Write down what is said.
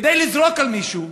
כדי לזרוק על מישהו,